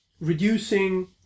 reducing